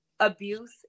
Abuse